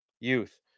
youth